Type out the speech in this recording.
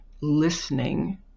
listening